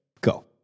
Go